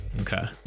okay